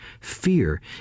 fear